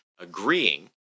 agreeing